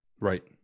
right